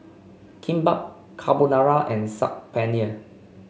Kimbap Carbonara and Saag Paneer